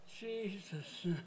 Jesus